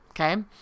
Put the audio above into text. Okay